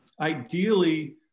ideally